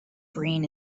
brain